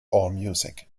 allmusic